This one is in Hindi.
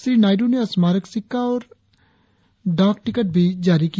श्री नायड्य ने स्मारक सिक्का और डाल टिकट भी जारी किया